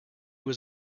was